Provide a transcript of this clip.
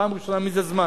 פעם ראשונה מזה זמן.